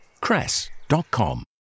cress.com